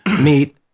meet